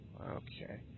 Okay